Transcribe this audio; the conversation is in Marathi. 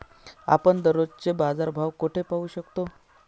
आपण दररोजचे बाजारभाव कोठे पाहू शकतो?